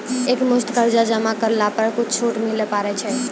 एक मुस्त कर्जा जमा करला पर कुछ छुट मिले पारे छै?